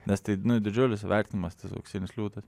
nes tai didžiulis įvertinimas tas auksinis liūtas